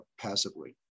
passively